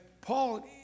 Paul